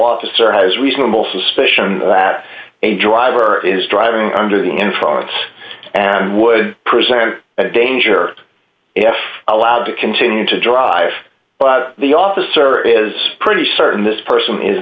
officer has reasonable suspicion that a driver is driving under the influence and would present a danger if allowed to continue to drive but the officer is pretty certain this person is